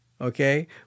okay